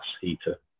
heater